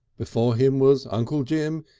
before him was uncle jim,